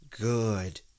Good